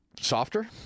Softer